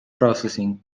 processing